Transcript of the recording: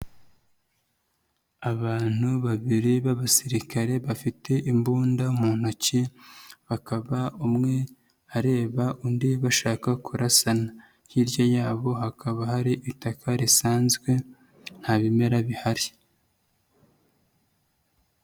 Abantu babiri b'abasirikare bafite imbunda mu ntoki, bakaba umwe areba undi bashaka kurasana. Hirya yabo hakaba hari itaka risanzwe, nta bimera bihari.